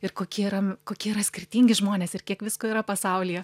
ir kokie yra kokie yra skirtingi žmonės ir kiek visko yra pasaulyje